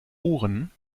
ohren